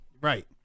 Right